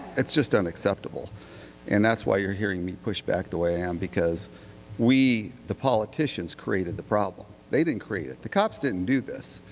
it's just unacceptable and that's why you are hearing me push back the way i am because we, the politicians created the problem. they didn't create it. the cops didn't and do this.